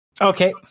Okay